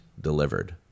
delivered